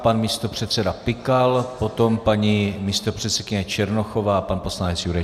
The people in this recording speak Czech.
Pan místopředseda Pikal, potom paní místopředsedkyně Černochová a pan poslanec Jurečka.